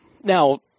Now